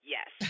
Yes